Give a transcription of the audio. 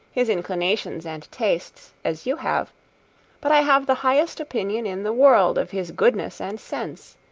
his inclinations and tastes, as you have but i have the highest opinion in the world of his goodness and sense.